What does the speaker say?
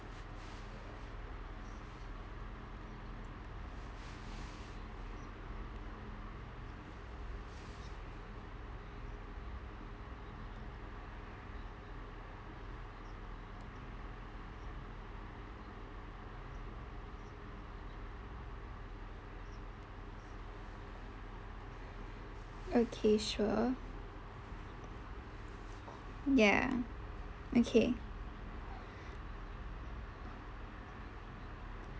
okay sure ya okay